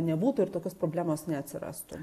nebūtų ir tokios problemos neatsirastų